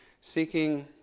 seeking